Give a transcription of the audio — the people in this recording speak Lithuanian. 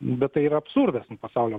bet tai yra absurdas nu pasaulio